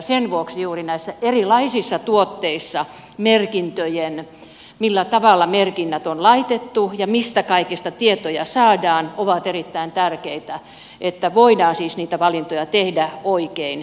sen vuoksi juuri näissä erilaisissa tuotteissa se millä tavalla merkinnät on laitettu ja mistä kaikesta tietoja saadaan on erittäin tärkeää jotta voidaan siis niitä valintoja tehdä oikein